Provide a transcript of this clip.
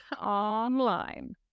online